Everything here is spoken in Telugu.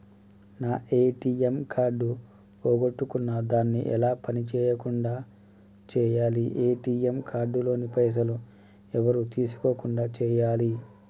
నా ఏ.టి.ఎమ్ కార్డు పోగొట్టుకున్నా దాన్ని ఎలా పని చేయకుండా చేయాలి ఏ.టి.ఎమ్ కార్డు లోని పైసలు ఎవరు తీసుకోకుండా చేయాలి?